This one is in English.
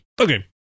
Okay